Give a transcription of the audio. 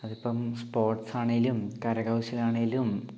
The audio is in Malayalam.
അതിപ്പം സ്പോർട്സ് ആണേലും കരകൗശലമാണേലും